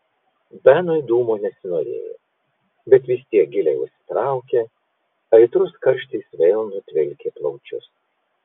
benui dūmo nesinorėjo bet vis tiek giliai užsitraukė aitrus karštis vėl nutvilkė plaučius